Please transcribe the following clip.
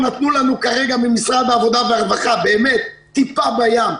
נתנו לנו כרגע ממשרד העבודה והרווחה טיפה בים,